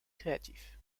créatif